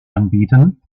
anbieten